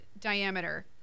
diameter